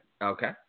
Okay